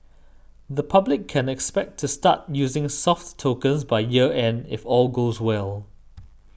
the public can expect to start using soft tokens by year end if all goes well